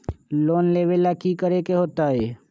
Loan लेवेला की करेके होतई?